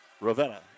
Ravenna